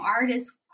artists